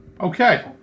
Okay